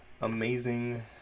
amazing